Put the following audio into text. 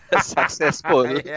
successful